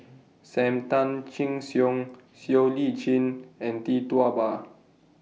SAM Tan Chin Siong Siow Lee Chin and Tee Tua Ba